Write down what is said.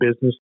business